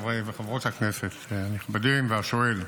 חברי וחברות הכנסת הנכבדים והשואל,